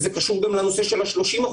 וזה קשור גם לנושא של ה-30%,